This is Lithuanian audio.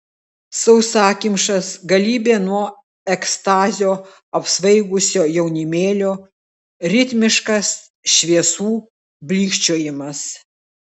sausakimšas galybė nuo ekstazio apsvaigusio jaunimėlio ritmiškas šviesų blykčiojimas